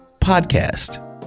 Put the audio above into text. podcast